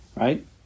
right